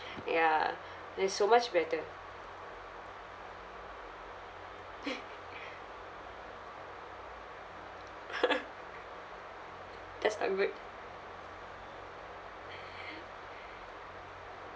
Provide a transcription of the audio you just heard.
ya that's so much better that's not good